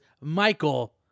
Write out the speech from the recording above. Michael